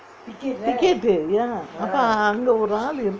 ticket uh ya அப்பே அங்கே ஒரு ஆளு:appae angae oru aalu